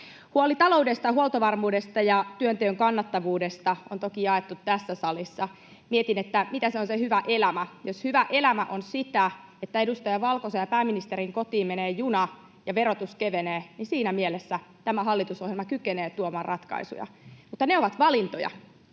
Huoli taloudesta, huoltovarmuudesta ja työnteon kannattavuudesta on toki jaettu tässä salissa. Mietin, mitä se on se hyvä elämä. Jos hyvä elämä on sitä, että edustaja Valkosen ja pääministerin kotiin menee juna ja verotus kevenee, niin siinä mielessä tämä hallitusohjelma kykenee tuomaan ratkaisuja. Mutta ne ovat valintoja.